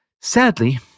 Sadly